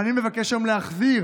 ואני מבקש היום להחזיר